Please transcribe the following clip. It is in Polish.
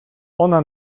ona